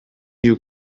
you